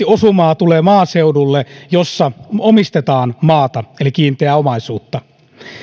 osumaa tulee erityisesti maaseudulle jossa omistetaan maata eli kiinteää omaisuutta